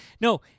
No